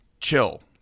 chill